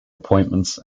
appointments